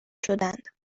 شدند